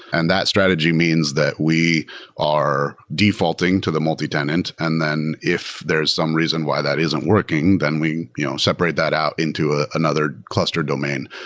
and that strategy means that we are defaulting to the multitenant, and then if there's some reason why that isn't working, then we you know separate that out into ah another cluster domain.